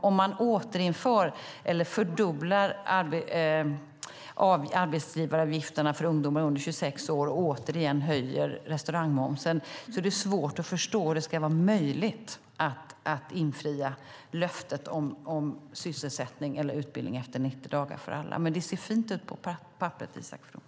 Om man fördubblar arbetsgivaravgifterna för ungdomar under 26 år och höjer restaurangmomsen är det svårt att förstå hur det ska vara möjligt att infria löftet om sysselsättning eller utbildning efter 90 dagar för alla. Men det ser fint ut på papperet, Isak From.